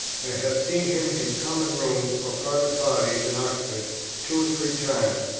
have seen him in common rooms or private parties in oxford two or three times,